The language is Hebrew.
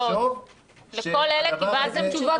לחברי הוועדה -- לכל אלה קיבלתם תשובות.